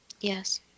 Yes